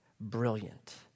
Brilliant